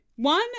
One